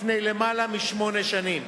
לפני למעלה משמונה שנים,